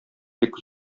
бик